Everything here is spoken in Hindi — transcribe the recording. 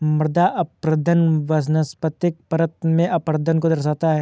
मृदा अपरदन वनस्पतिक परत में अपरदन को दर्शाता है